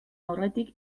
aurretik